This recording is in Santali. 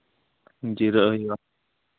ᱡᱤᱨᱟᱹᱜ ᱦᱩᱭᱩᱜᱼᱟ